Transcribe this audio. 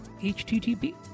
http